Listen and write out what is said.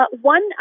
one